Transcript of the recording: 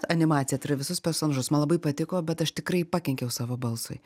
animacija tai yra visus personažus man labai patiko bet aš tikrai pakenkiau savo balsui